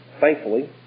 thankfully